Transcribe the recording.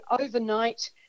overnight